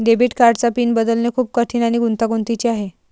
debit कार्डचा PIN बदलणे खूप कठीण आणि गुंतागुंतीचे आहे